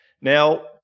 Now